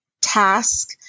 task